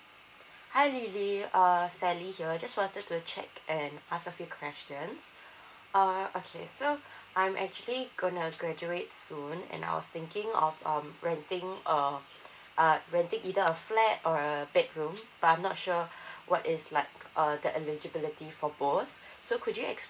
hi lily uh sally here just wanted to check and ask a few questions uh okay so I'm actually going to graduate soon and I was thinking of um renting a uh renting either a flat or a bedroom but I'm not sure what is like uh the eligibility for both so could you